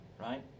Right